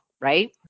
right